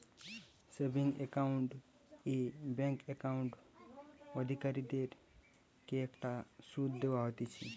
savings account এ bank account অধিকারীদের কে একটা শুধ দেওয়া হতিছে